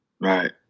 Right